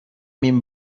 این